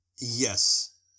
Yes